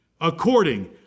According